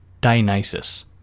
Dionysus